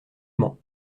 mans